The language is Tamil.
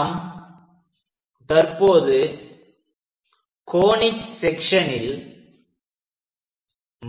நாம் தற்போது கோனிக் செக்சன்ஸனில்